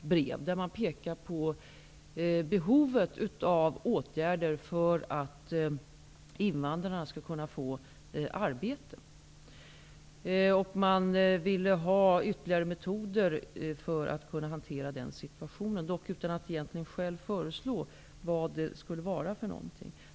I brevet pekar man på behovet av åtgärder för att invandrarna skall få arbete. Man ville få hjälp med ytterligare metoder för att kunna hantera situationen, dock utan att själv komma med några förslag.